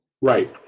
Right